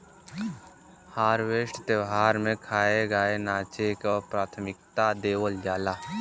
harvest त्यौहार में खाए, गाए नाचे के प्राथमिकता देवल जाला